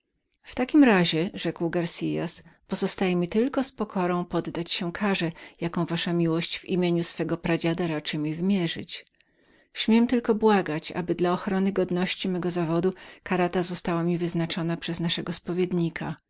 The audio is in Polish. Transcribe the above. w takim razie rzekł garcias niepozostaje mi jak tylko z pokorą poddać się karze jaką jaśnie wielmożny pan w imieniu swego pradziada raczy na mnie wymierzyć śmiem tylko błagać aby dla ochrony godności mego powołania kara ta została mi wyznaczoną przez naszego spowiednika tym